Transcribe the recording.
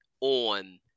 on